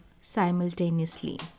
simultaneously